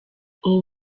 ubu